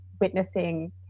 witnessing